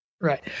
right